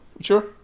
Sure